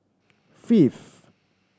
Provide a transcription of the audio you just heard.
fifth